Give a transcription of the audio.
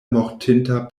mortinta